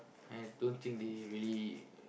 I don't think they really